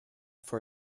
for